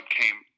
came